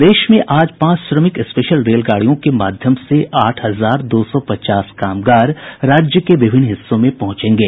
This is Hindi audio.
प्रदेश में आज पांच श्रमिक स्पेशल रेलगाड़ियों के माध्यम से आठ हजार दो सौ पचास कामगार राज्य के विभिन्न हिस्सों में पहुंचेंगे